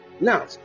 now